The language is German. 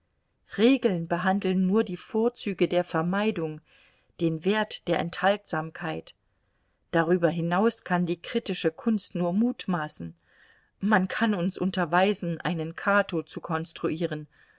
regeln behandeln nur die vorzüge der vermeidung den wert der enthaltsamkeit darüber hinaus kann die kritische kunst nur mutmaßen man kann uns unterweisen einen cato zu konstruieren